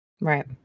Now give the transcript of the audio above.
right